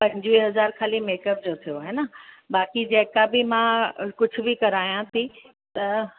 पंजवीह हज़ार ख़ाली मेकअप जो थियो हे न बाक़ी जेका बि मां कुझु बि करायां थी त